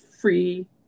free